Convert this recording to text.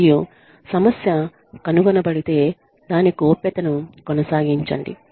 మరియు సమస్య కనుగొనబడితే దాని గోప్యతను కొనసాగించండి